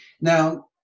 Now